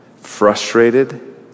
frustrated